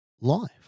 life